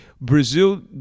Brazil